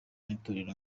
n’itorero